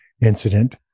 incident